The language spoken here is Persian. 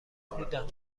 بودم